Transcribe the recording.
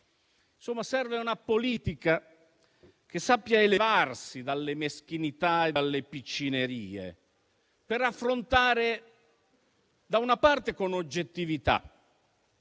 insomma una politica che sappia elevarsi dalle meschinità e dalle piccinerie per affrontare, da una parte, con oggettività